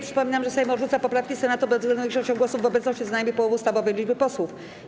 Przypominam, że Sejm odrzuca poprawki Senatu bezwzględną większością głosów w obecności co najmniej połowy ustawowej liczby posłów.